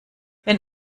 wenn